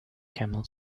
camel